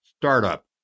startup